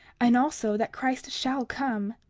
and also that christ shall come.